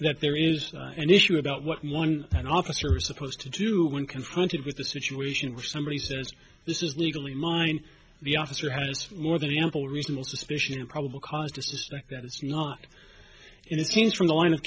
that there is an issue about what one an officer is supposed to do when confronted with a situation where somebody says this is legally mine the officer has more than ample reasonable suspicion and probable cause to suspect that it's not in his teens from the line of